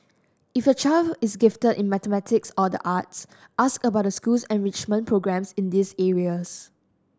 if your child is gifted in mathematics or the arts ask about the school's enrichment programmes in these areas